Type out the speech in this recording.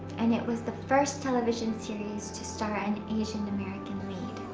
and it was the first television series to start an asian-american lead.